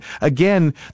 again